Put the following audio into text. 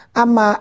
ama